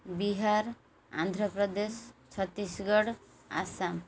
Bihar Andhra Pradesh Chhattisgarh Assam